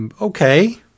Okay